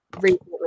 recently